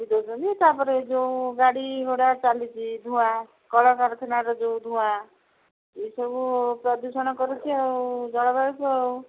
କାଟି ଦେଉଛନ୍ତି ତା'ପରେ ଯୋଉ ଗାଡ଼ିଗୁଡ଼ା ଚାଲିଛି ଧୂଆଁ କଳକାରଖାନାର ଯୋଉ ଧୂଆଁ ଏସବୁ ପ୍ରଦୂଷଣ କରୁଛି ଆଉ ଜଳବାୟୁ ଆଉ